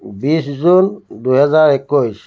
বিছ জুন দুহেজাৰ একৈছ